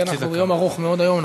כי אנחנו ביום ארוך מאוד היום,